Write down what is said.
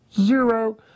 zero